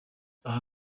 aha